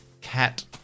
cat